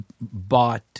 bought